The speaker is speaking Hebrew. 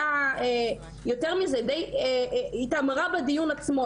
ודי התעמרה בדיון עצמו,